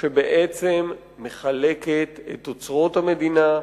שבעצם מחלקת את אוצרות המדינה,